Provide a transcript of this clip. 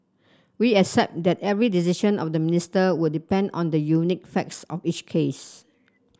we accept that every decision of the Minister would depend on the unique facts of each case